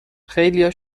خیلیا